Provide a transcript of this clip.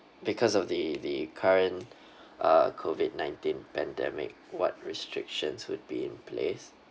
because of the the current uh COVID nineteen pandemic what restrictions would be in place